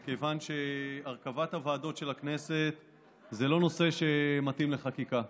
מכיוון שהרכבת הוועדות של הכנסת זה לא נושא שמתאים לחקיקה,